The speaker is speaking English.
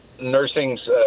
nursing's